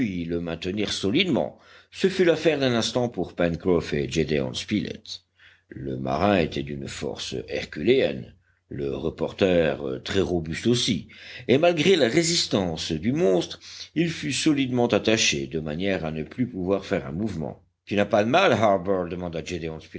le maintenir solidement ce fut l'affaire d'un instant pour pencroff et gédéon spilett le marin était d'une force herculéenne le reporter très robuste aussi et malgré la résistance du monstre il fut solidement attaché de manière à ne plus pouvoir faire un mouvement tu n'as pas de mal harbert demanda